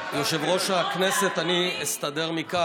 צעקו, צעקו המון.